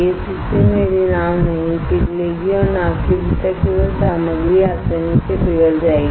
इस स्थिति में मेरी नाव नहीं पिघलेगी और नाव के भीतर केवल सामग्री आसानी से पिघल जाएगी